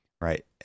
right